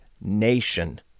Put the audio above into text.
nation